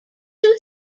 two